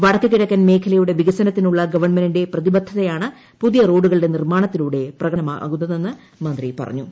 വടക്ക് കിഴക്കൻ മേഖലയുടെ വികസനത്തിനുള്ള ഗവൺമെന്റിന്റെ പ്രതിബദ്ധതയാണ് പുതിയ റോഡുകളുടെ നിർമ്മാണത്തിലൂടെ പ്രകടമാകുന്നതെന്ന് മന്ത്രി പറഞ്ഞു